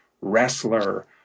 wrestler